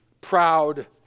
proud